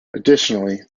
additionally